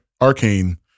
arcane